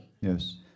Yes